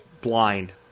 blind